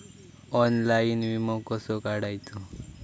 Online विमो कसो काढायचो?